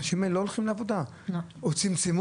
האנשים האלה לא הולכים לעבודה או שצמצמו